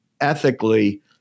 ethically